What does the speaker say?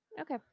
okay